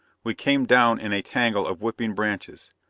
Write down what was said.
we came down in a tangle of whipping branches.